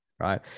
right